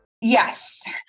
Yes